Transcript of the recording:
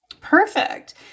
Perfect